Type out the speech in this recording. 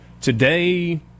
today